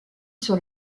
sur